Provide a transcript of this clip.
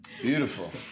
Beautiful